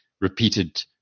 repeated